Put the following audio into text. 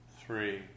three